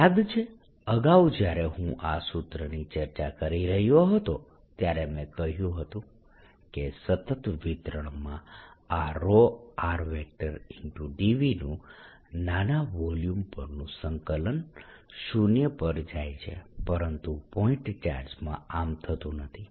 યાદ છે અગાઉ જ્યારે હું આ સૂત્રની ચર્ચા કરી રહ્યો હતો ત્યારે મેં કહ્યું હતું કે સતત વિતરણમાં આ rdVનું નાના વોલ્યુમ પરનું સંકલન શુન્ય પર જાય છે પરંતુ પોઇન્ટ ચાર્જમાં આમ થતું નથી